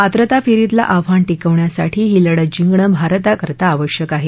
पात्रता फेरीतलं आव्हान टिकवण्यासाठी ही लढत जिंकणं भारताकरता आवश्यक आहे